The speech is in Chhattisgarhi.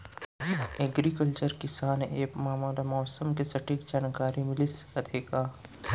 एग्रीकल्चर किसान एप मा मोला मौसम के सटीक जानकारी मिलिस सकत हे का?